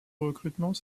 recrutement